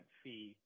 fee